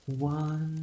One